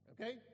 Okay